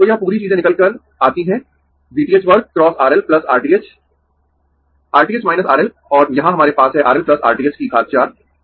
तो यह पूरी चीजें निकल कर आती हैं V th वर्ग × RL R th R th RL और यहां हमारे पास है RL R th की घात 4